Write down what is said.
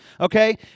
Okay